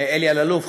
אלי אלאלוף,